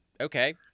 Okay